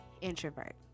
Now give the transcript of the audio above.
introvert